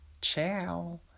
ciao